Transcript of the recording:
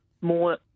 more